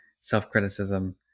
self-criticism